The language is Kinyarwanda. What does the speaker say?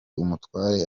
umutware